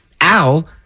Al